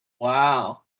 Wow